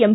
M